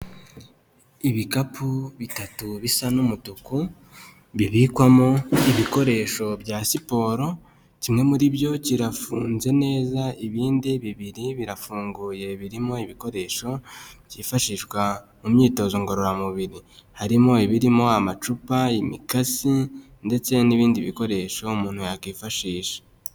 Ibikapu bitatu bisa n'umutuku, bibikwamo ibikoresho bya siporo, kimwe muri byo kirafunze neza, ibindi bibiri birafunguye birimo ibikoresho, byifashishwa mu myitozo ngororamubiri, harimo ibirimo amacupa, imikasi ndetse n'ibindi bikoresho, umuntu yakifashisha.